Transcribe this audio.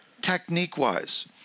technique-wise